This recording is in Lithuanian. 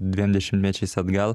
dviem dešimtmečiais atgal